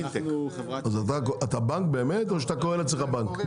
אתה בנק באמת או שאתה קורא לעצמך בנק?